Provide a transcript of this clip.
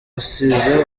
asize